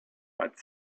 but